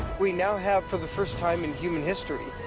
we now have, for the first time in human history,